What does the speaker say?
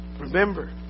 Remember